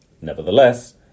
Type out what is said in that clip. Nevertheless